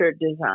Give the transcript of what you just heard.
design